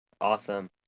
Awesome